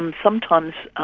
um sometimes,